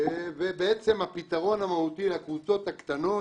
הפתרון המהותי לקבוצות הקטנות